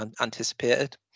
anticipated